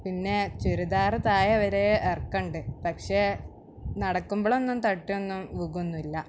പിന്നെ ചുരിദാർ താഴെ വരേ ഇറക്കമുണ്ട് പക്ഷെ നടക്കുമ്പളൊന്നും തട്ടിയൊന്നും വീഴുകയൊന്നുമില്ല